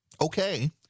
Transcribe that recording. Okay